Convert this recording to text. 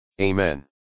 Amen